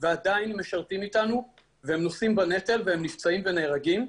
ועדיין הם משרתים איתנו והם נושאים בנטל והם נפצעים והם נהרגים,